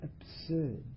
absurd